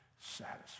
satisfied